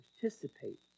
participate